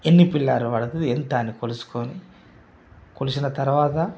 ఎన్ని పిల్లర్లు పడుతుంది ఎంత అని కొలుచుకొని కొలిచిన తర్వాత